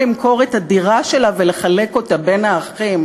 למכור את הדירה שלה ולחלק אותה בין האחים.